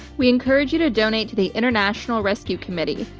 we encourage you to donate to the international rescue committee,